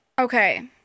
Okay